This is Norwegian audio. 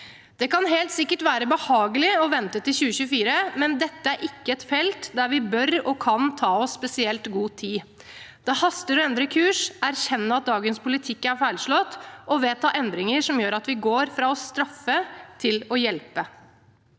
Det kan helt sikkert være behagelig å vente til 2024, men dette er ikke et felt der vi bør eller kan ta oss spesielt god tid. Det haster å endre kurs, erkjenne at dagens politikk er feilslått og vedta endringer som gjør at vi går fra å straffe til å hjelpe.